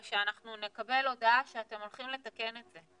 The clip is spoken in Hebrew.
אלא שאנחנו נקבל הודעה שאתם הולכים לתקן את זה.